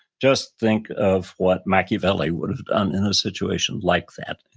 just think of what machiavelli would have done in a situation like that.